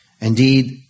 indeed